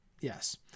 Yes